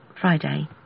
friday